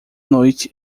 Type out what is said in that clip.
noite